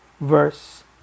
Verse